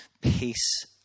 Peace